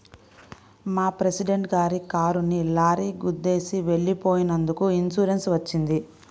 మా ప్రెసిడెంట్ గారి కారుని లారీ గుద్దేసి వెళ్ళిపోయినందుకు ఇన్సూరెన్స్ వచ్చింది